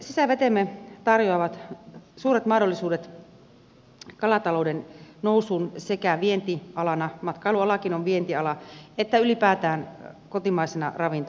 sisävetemme tarjoavat suuret mahdollisuudet kalatalouden nousuun sekä vientialana matkailualakin on vientiala että ylipäätään kotimaisena ravintona